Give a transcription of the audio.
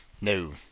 No